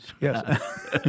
Yes